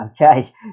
okay